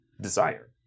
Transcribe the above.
desire